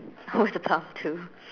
oh it's the plum too